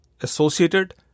associated